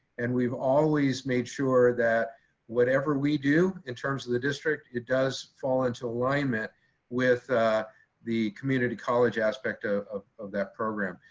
and we've always made sure that whatever we do in terms of the district, it does fall into alignment with the community college aspect ah of of that program.